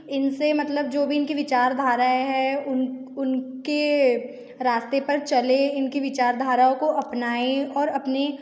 इन से मतलब जो भी इनकी विचारधाराएं है उन उन के रास्ते पर चलें इनकी बिचारधाराओं को अपनाएं और अपनी